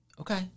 Okay